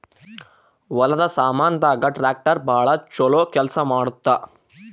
ಹೊಲದ ಸಾಮಾನ್ ದಾಗ ಟ್ರಾಕ್ಟರ್ ಬಾಳ ಚೊಲೊ ಕೇಲ್ಸ ಮಾಡುತ್ತ